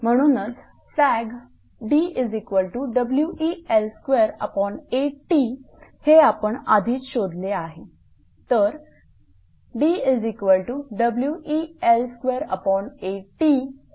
म्हणूनच सॅग dWeL28T हे आपण आधीच शोधले आहे